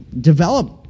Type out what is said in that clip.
develop